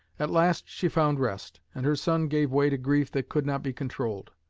at last she found rest, and her son gave way to grief that could not be controlled.